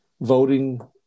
voting